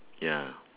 ya